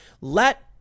Let